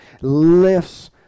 Lifts